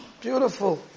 Beautiful